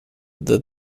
that